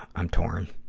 i'm torn.